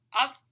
up